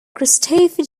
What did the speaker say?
christopher